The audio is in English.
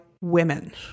women